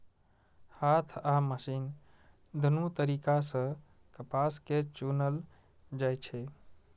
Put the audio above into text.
हाथ आ मशीन दुनू तरीका सं कपास कें चुनल जाइ छै